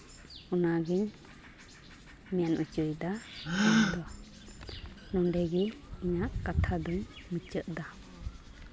ᱚᱱᱟᱜᱮᱧ ᱢᱮᱱ ᱦᱚᱪᱚᱭᱮᱫᱟ ᱤᱧᱫᱚ ᱱᱚᱸᱰᱮ ᱜᱮ ᱤᱧᱟᱹᱜ ᱠᱟᱛᱷᱟ ᱫᱚᱧ ᱢᱩᱪᱟᱹᱫ ᱮᱫᱟ